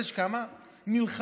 אבל יש כמה שנלחמים,